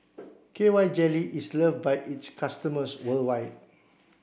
K Y jelly is love by its customers worldwide